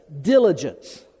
diligence